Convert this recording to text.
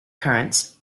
currents